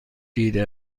دیده